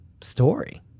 story